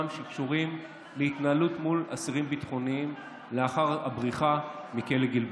שקשורים להתנהלות מול אסירים ביטחוניים לאחר הבריחה מכלא גלבוע.